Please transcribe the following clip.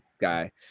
guy